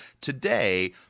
today